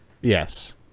Yes